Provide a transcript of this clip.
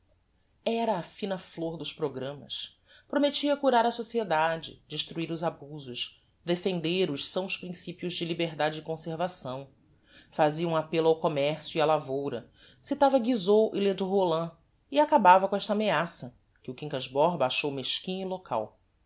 era a fina flôr dos programmas promettia curar a sociedade destruir os abusos defender os sãos principios de liberdade e conservação fazia um appello ao commercio e á lavoura citava guizot e ledru rollin e acabava com esta ameaça que o quincas borba achou mesquinha e local